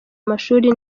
amashuri